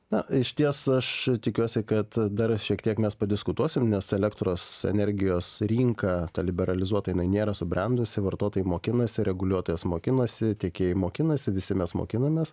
na išties aš tikiuosi kad dar šiek tiek mes padiskutuosim nes elektros energijos rinka liberalizuota jinai nėra subrendusi vartotojai mokinasi reguliuotojas mokinasi tiekėjai mokinasi visi mes mokinamės